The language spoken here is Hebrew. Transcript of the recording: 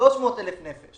300,000 נפש